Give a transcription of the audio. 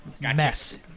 Mess